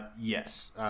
yes